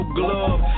glove